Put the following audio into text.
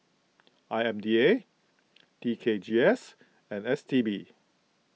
I M D A T K G S and S T B